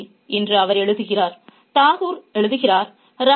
' என்று அவர் எழுதுகிறார் தாகூர் எழுதுகிறார் '